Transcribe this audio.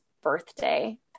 birthday